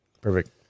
Perfect